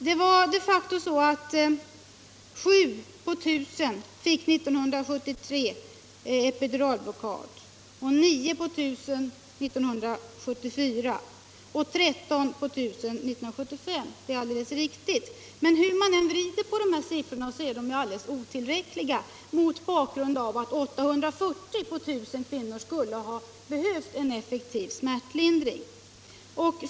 Det var faktiskt så, att år 1973 7 kvinnor på 1 000 fick epiduralblockad, år 1974 9 på 1000 och år 1975 13 på 1000. Men hur man än vrider på siffrorna är detta alldeles otillräckligt mot bakgrund av att 840 på 1000 skulle ha behövt en effektiv smärtlindring.